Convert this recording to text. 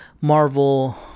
Marvel